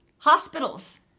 hospitals